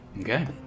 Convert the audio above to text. Okay